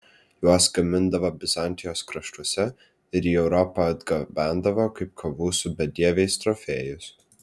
juos gamindavo bizantijos kraštuose ir į europą atgabendavo kaip kovų su bedieviais trofėjus